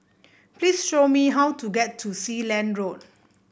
please show me how to get to Sealand Road